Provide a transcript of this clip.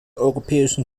europäischen